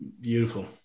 Beautiful